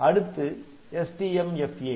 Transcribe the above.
அடுத்து STMFA